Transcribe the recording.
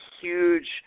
huge